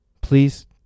Please